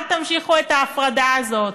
אל תמשיכו את ההפרדה הזאת.